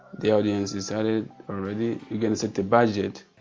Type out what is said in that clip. the audience is added already you can set the budget,